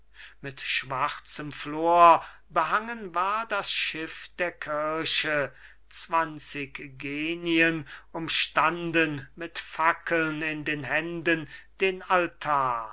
mit schwarzem flor behangen war das schiff der kirche zwanzig genien umstanden mit fackeln in den händen den altar